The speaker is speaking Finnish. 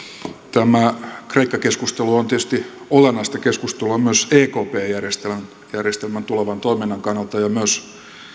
tämä kreikka keskustelu on tietysti olennaista keskustelua myös ekp järjestelmän järjestelmän tulevan toiminnan kannalta ja